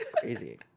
Crazy